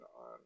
on